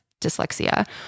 dyslexia